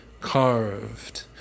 carved